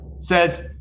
says